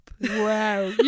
Wow